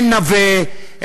אין נווה,